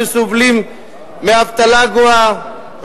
שסובלים מאבטלה גואה,